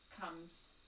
comes